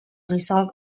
result